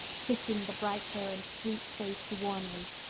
kissing the bright hair and sweet face warmly.